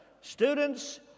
students